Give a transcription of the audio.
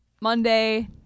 Monday